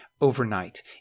overnight